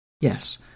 Yes